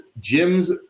Jim's